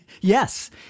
Yes